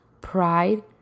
pride